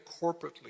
corporately